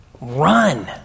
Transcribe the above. Run